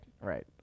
right